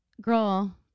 Girl